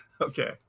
Okay